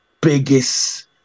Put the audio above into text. biggest